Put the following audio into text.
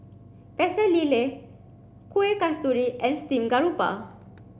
Pecel Lele Kuih Kasturi and Steamed Garoupa